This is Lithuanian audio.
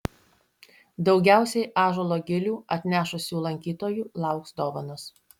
daugiausiai ąžuolo gilių atnešusių lankytojų lauks dovanos